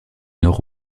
nord